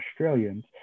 Australians